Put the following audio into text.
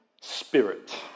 spirit